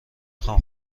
خوام